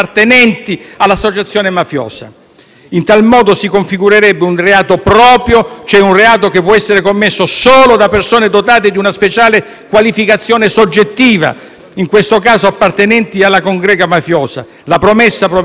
in tal modo si configurerebbe un reato proprio, cioè un reato che può essere commesso solo da persone dotate di una speciale qualificazione soggettiva, in questo caso appartenenti alla congrega mafiosa. La promessa proveniente da un estraneo all'associazione